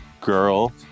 girl